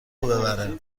ببره